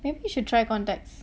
maybe you should try contacts